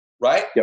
right